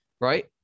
Right